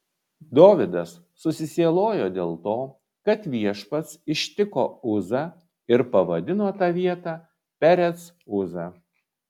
dovydas susisielojo dėl to kad viešpats ištiko uzą ir pavadino tą vietą perec uza